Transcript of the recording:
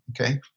okay